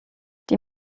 die